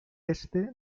este